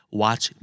watch